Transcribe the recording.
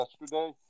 yesterday